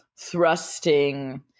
thrusting